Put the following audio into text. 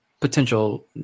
potential